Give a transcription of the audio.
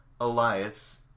Elias